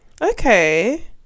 Okay